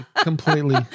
completely